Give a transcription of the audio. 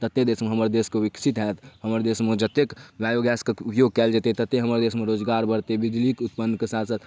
ततेक देशमे हमर देशके विकसित हैत हमर देशमे जतेक बायोगैसके उपयोग कएल जेतै ततेक हमर देशमे रोजगार बढ़तै बिजलीके उत्पन्नके साथ साथ